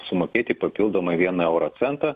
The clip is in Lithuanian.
sumokėti papildomą vieną euro centą